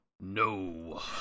No